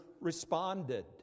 responded